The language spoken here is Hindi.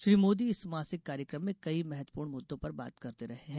श्री मोदी इस मासिक कार्यक्रम में कई महत्वपूर्ण मुद्दो पर बात करते रहे हैं